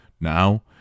now